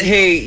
Hey